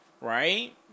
Right